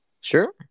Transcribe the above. Sure